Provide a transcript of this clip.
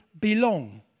belong